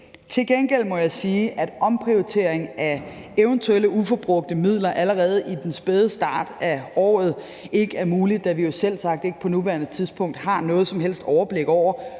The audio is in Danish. Til gengæld må jeg sige, at omprioritering af eventuelle uforbrugte midler allerede i den spæde start af året ikke er muligt, da vi jo selvsagt ikke på nuværende tidspunkt har noget som helst overblik over,